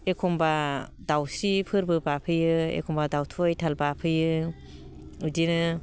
एखनबा दाउस्रिफोरबो बाफैयो एखनबा दाउथु आयथाल बाफैयो बिदिनो